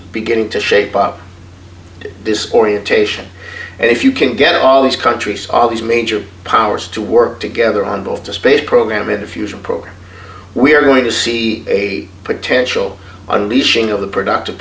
beginning to shape up discordia taishan if you can get all these countries all these major powers to work together on both the space program and the fusion program we are going to see a potential unleashing of the productive